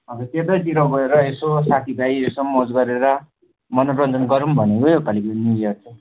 हजुर त्यतैतिर गएर यसो साथीभाइ यसो मोज गरेर मनोरञ्जन गरौँ भनेको योपालि न्यू इयर चाहिँ